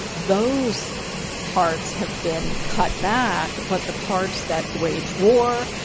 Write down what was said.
those parts have been cut back. but the parts that wage war,